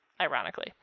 ironically